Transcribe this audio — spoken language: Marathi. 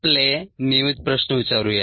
आपले नियमित प्रश्न विचारूया